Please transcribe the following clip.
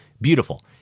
beautiful